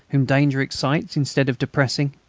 whom danger excites instead of depressing?